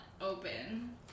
open